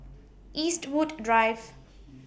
Eastwood Drive